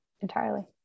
entirely